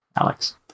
Alex